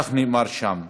כך נאמר שם,